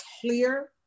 clear